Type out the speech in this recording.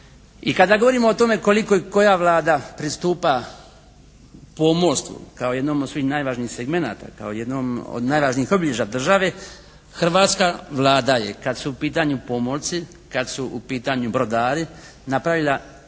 I kada govorimo o tome koliko i koja Vlada pristupa pomorstvu kao jednom od svojih najvažnijih segemnata, kao jednom od najvažnijih obilježja države hrvatska Vlada je kad su u pitanju pomorci, kad su u pitanju brodari napravila iznimno